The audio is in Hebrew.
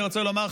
אני רוצה לומר,